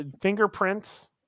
fingerprints